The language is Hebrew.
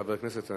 חברי הכנסת,